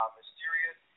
mysterious